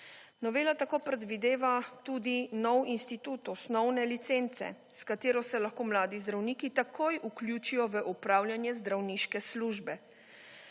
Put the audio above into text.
Novela tako predvideva tudi nov institut osnovne licence s katero se lahko mladi zdravniki takoj vključijo v opravljanje zdravniške službe.